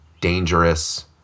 dangerous